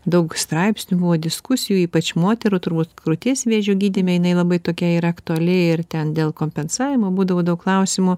daug straipsnių buvo diskusijų ypač moterų turbūt krūties vėžio gydyme jinai labai tokia yra aktuali ir ten dėl kompensavimo būdavo daug klausimų